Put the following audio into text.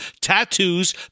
tattoos